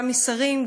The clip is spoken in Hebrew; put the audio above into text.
גם משרים,